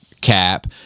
Cap